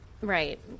Right